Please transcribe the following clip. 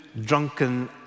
drunken